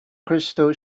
crystal